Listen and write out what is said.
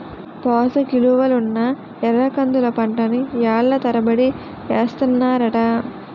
పోసకిలువలున్న ఎర్రకందుల పంటని ఏళ్ళ తరబడి ఏస్తన్నారట